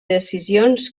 decisions